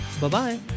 bye-bye